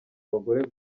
abagore